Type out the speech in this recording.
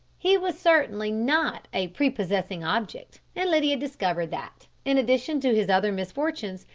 he was certainly not a prepossessing object, and lydia discovered that, in addition to his other misfortunes,